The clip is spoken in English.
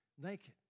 naked